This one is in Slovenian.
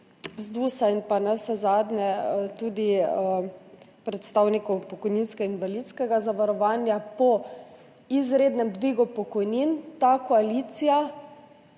ZDUS in navsezadnje tudi predstavnikov pokojninskega in invalidskega zavarovanja po izrednem dvigu pokojnin, ne samo, da